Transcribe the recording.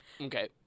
okay